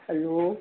hello